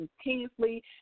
continuously